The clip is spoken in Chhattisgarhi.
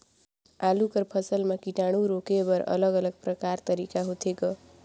आलू कर फसल म कीटाणु रोके बर अलग अलग प्रकार तरीका होथे ग?